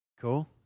cool